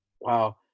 wow